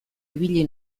ibili